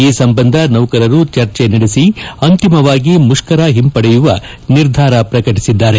ಈ ಸಂಬಂಧ ನೌಕರರು ಚರ್ಚೆ ನಡೆಸ ಅಂತಿಮವಾಗಿ ಮುಷ್ಕರ ಒಂಪಡೆಯುವ ನಿರ್ಧಾರ ಪ್ರಕಟಿಸಿದ್ದಾರೆ